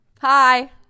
Hi